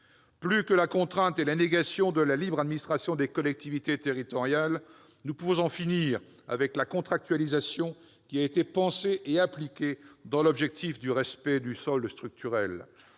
Plus que la contrainte et la négation de la libre administration des collectivités territoriales, nous pouvons en finir avec la contractualisation qui a été pensée et appliquée dans l'objectif du respect du solde structurel.